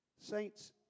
saints